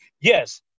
yes